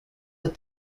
but